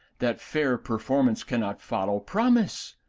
that fair performance cannot follow promise?